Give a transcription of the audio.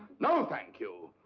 no thank you!